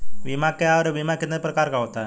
बीमा क्या है और बीमा कितने प्रकार का होता है?